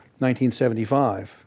1975